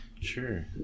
Sure